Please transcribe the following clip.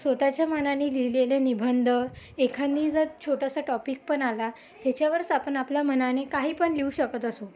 स्वतःच्या मनानी लिहिलेले निबंध एखादी जर छोटासा टॉपिक पण आला त्याच्यावरच आपण आपल्या मनानी काहीपण लिहू शकत असो